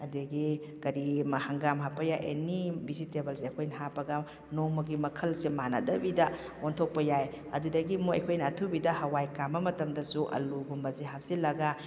ꯑꯗꯒꯤ ꯀꯔꯤ ꯍꯪꯒꯥꯝ ꯍꯥꯞꯄ ꯌꯥꯏ ꯑꯦꯅꯤ ꯚꯤꯖꯤꯇꯦꯕꯜꯁꯦ ꯑꯩꯈꯣꯏꯅ ꯍꯥꯞꯄꯒ ꯅꯣꯡꯃꯒꯤ ꯃꯈꯜꯁꯦ ꯃꯥꯟꯅꯗꯕꯤꯗ ꯑꯣꯟꯊꯣꯛꯄ ꯌꯥꯏ ꯑꯗꯨꯗꯒꯤ ꯑꯃꯨꯛ ꯑꯩꯈꯣꯏꯅ ꯑꯊꯨꯕꯤꯗ ꯍꯋꯥꯏ ꯀꯥꯝꯕ ꯃꯇꯝꯗꯁꯨ ꯑꯂꯨꯒꯨꯝꯕꯁꯦ ꯍꯥꯞꯆꯤꯟꯂꯒ